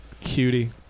Cutie